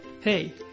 Hey